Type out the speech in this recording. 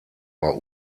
war